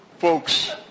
Folks